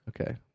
okay